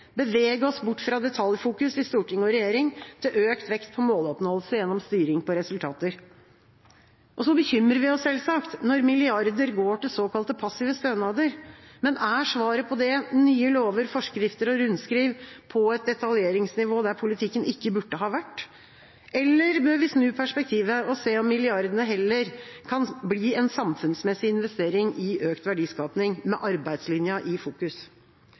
bevege oss bort fra deltaljfokus i storting og regjering og legge økt vekt på måloppnåelse gjennom styring på resultater. Vi bekymrer oss selvsagt når milliarder går til såkalte passive stønader. Men er svaret på det nye lover, forskrifter og rundskriv på et detaljnivå der politikken ikke burde ha vært? Eller bør vi snu perspektivet og se om milliardene heller kan bli en samfunnsmessig investering i økt verdiskaping med arbeidslinja i fokus?